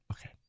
okay